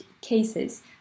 cases